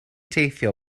teithio